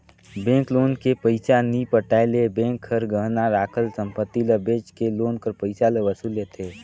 bank loan के पइसा नी पटाए ले बेंक हर गहना राखल संपत्ति ल बेंच के लोन कर पइसा ल वसूल लेथे